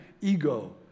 ego